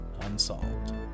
Unsolved